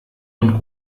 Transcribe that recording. und